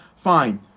Fine